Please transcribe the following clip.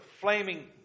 flaming